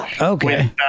Okay